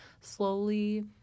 slowly